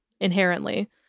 inherently